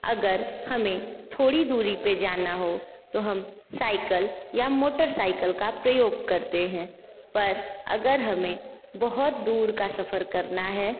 अगर हमें थोड़ी दूरी पे जाना हो तो हम साइकल या मोटर साइकल का प्रयोग करते हैं पर अगर हमें बहुत दूर का सफ़र करना है